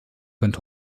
können